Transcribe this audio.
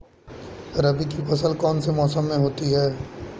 रबी की फसल कौन से मौसम में होती है?